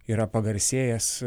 yra pagarsėjęs